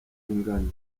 ingana